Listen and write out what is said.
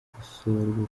gukosorwa